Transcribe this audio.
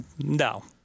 No